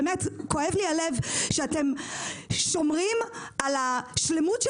שכואב לי הלב שאתם שומרים על השלמות של